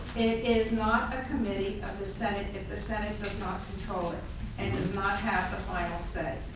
it is not a committee of the senate if the senate does not control it and does not have a final say.